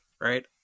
right